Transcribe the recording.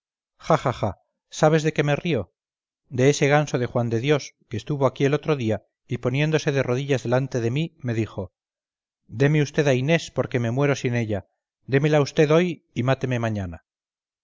sabes de qué me río de ese ganso de juan de dios que estuvo aquí el otro día y poniéndose de rodillas delante de mí me dijo deme vd a inés porque me muero sin ella démela vd hoy y máteme mañana